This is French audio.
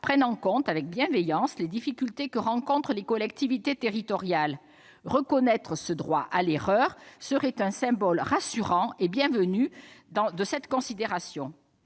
prenne en compte, avec bienveillance, les difficultés que rencontrent les collectivités territoriales. Reconnaître ce droit à l'erreur serait un symbole rassurant et bienvenu de cette considération.